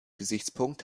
gesichtspunkt